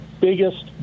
biggest